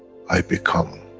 i become,